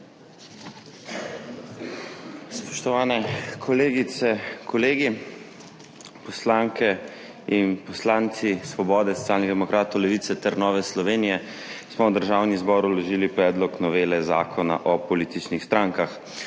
Spoštovani kolegice in kolegi! Poslanke in poslanci Svobode, Socialnih demokratov, Levice ter Nove Slovenije smo v Državni zbor vložili predlog novele Zakona o političnih strankah.